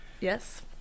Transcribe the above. yes